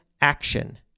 action